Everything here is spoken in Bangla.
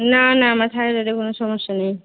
না না আমার থাইরডের কোনো সমস্যা নেই